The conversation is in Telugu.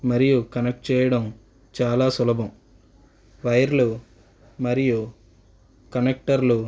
మరియు కనెక్ట్ చేయడం చాలా సులభం వైర్లు మరియు కనెక్టర్లు